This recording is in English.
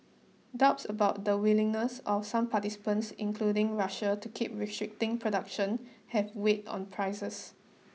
doubts about the willingness of some participants including Russia to keep restricting production have weighed on prices